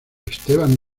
esteban